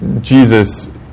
Jesus